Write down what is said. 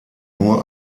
nur